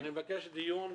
אני מבקש דיון,